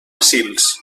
sils